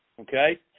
okay